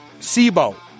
SIBO